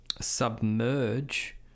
submerge